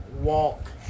walk